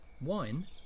wine